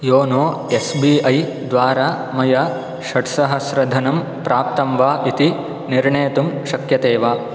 YONO S B I द्वारा मया षट्सहस्रधनं प्राप्तं वा इति निर्णेतुं शक्यते वा